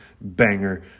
banger